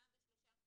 פעם בשלושה,